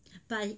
by